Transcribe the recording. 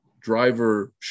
Driver